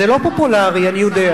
זה לא פופולרי, אני יודע.